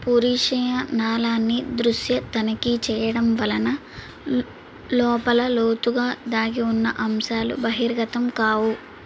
పురీష నాళాన్ని దృశ్య తనిఖీ చేయడం వలన లోపల లోతుగా దాగి ఉన్న అంశాలు బహిర్గతం కావు